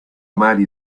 mari